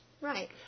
Right